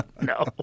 No